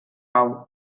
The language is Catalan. pau